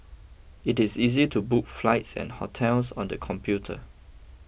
it is easy to book flights and hotels on the computer